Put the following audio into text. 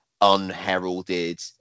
unheralded